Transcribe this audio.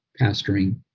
pastoring